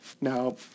Now